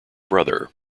brother